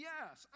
Yes